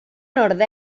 nord